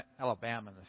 Alabama